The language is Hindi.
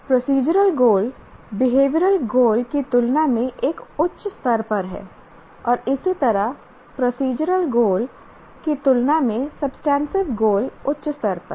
प्रोसीजरल गोल बिहेवियरल गोल की तुलना में एक उच्च स्तर पर है और इसी तरह प्रोसीजरल गोल की तुलना में सब्सटेंटिव गोल उच्च स्तर पर है